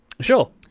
Sure